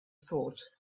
thought